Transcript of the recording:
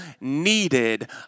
needed